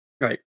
right